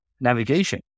navigation